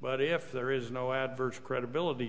but if there is no adverse credibility